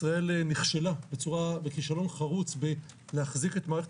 ישראל נכשלה בכישלון חרוץ להחזיק את מערכת